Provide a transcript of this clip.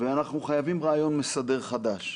ואנחנו חייבים רעיון מסדר חדש.